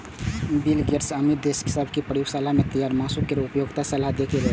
bill Gates अमीर देश सभ कें प्रयोगशाला मे तैयार मासु केर उपभोगक सलाह देलकैए